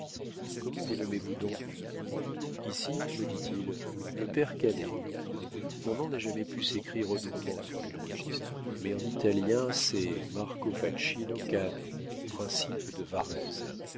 comment vous nommez-vous donc ici me dit-il le père canet mon nom n'a jamais pu s'écrire autrement sur les registres mais en italien c'est marco facino cane principe de varese